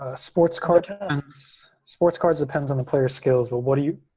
ah sports cars but sports cars depends on the clear skills, but what are you,